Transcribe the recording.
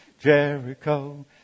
Jericho